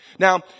Now